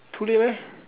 too late